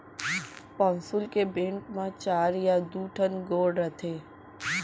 पौंसुल के बेंट म चार या दू ठन गोड़ रथे